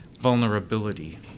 vulnerability